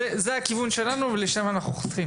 זה הכיוון שלנו ולשם אנחנו חותרים.